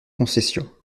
concession